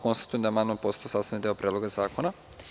Konstatujem da je amandman postao sastavni deo Predloga zakona.